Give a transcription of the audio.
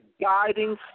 guiding